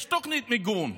יש תוכנית מיגון,